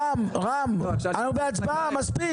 --- מספיק.